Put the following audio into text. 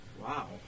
Wow